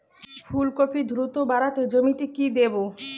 ফুলকপি দ্রুত বাড়াতে জমিতে কি দেবো?